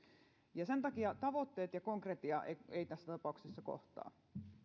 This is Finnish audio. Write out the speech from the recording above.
ja sen takia tavoitteet ja konkretia eivät tässä tapauksessa kohtaa